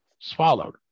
swallowed